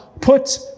put